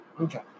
Okay